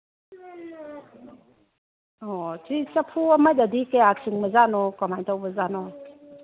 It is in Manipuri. ꯑꯣ ꯁꯤ ꯆꯐꯨ ꯑꯃꯗꯗꯤ ꯀꯌꯥ ꯆꯤꯡꯕꯖꯥꯠꯅꯣ ꯀꯔꯃꯥꯏ ꯇꯧꯕꯖꯥꯠꯅꯣ